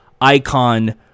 icon